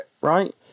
right